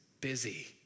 busy